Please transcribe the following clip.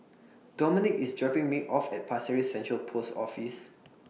Dominik IS dropping Me off At Pasir Ris Central Post Office